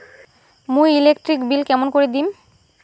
মুই electric bill কেমন করি দিম?